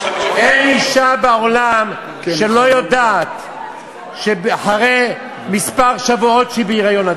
אין אישה בעולם שלא יודעת אחרי כמה שבועות שהיא בהיריון,